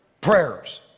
prayers